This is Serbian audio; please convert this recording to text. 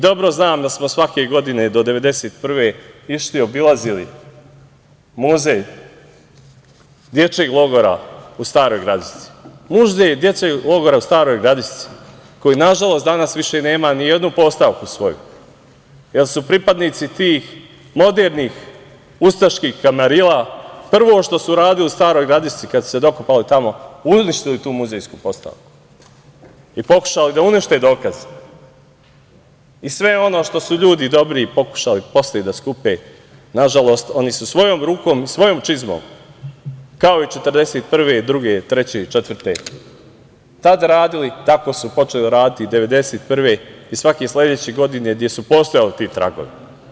Dobro znam da smo svake godine do 1991. godine išli i obilazili Muzej dečijeg logora u Staroj Gradišci, Muzej dečijeg logora u Staroj Gradišci koji, nažalost, danas više nema nijednu postavku svoju, jer su pripadnici tih modernih ustaških kamarila, prvo što su uradili u Staroj Gradišci, kad su se dokopali tamo, uništili tu muzejsku postavku i pokušali da unište dokaze i sve ono što su ljudi dobri pokušali posle da skupe, nažalost, oni su svojom rukom, svojom čizmom, kao i 1941, 1942, 1943. i 1944. godine tad radili, tako su počeli raditi i 1991. godine i svake sledeće godine, gde su postojali ti tragovi.